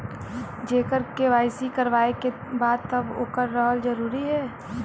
जेकर के.वाइ.सी करवाएं के बा तब ओकर रहल जरूरी हे?